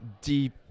deep